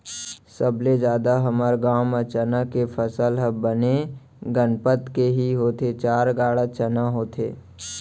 सबले जादा हमर गांव म चना के फसल ह बने गनपत के ही होथे चार गाड़ा चना होथे